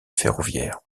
ferroviaire